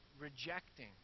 rejecting